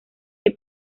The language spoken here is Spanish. que